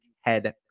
head